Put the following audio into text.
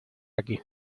aquí